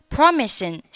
Promising